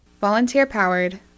Volunteer-powered